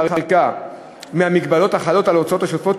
בחריגה מהמגבלות החלות על ההוצאות השוטפות,